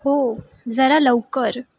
हो जरा लवकर